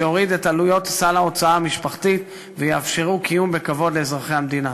שיוריד את עלויות סל ההוצאה המשפחתית ויאפשר קיום בכבוד לאזרחי המדינה.